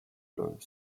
blowing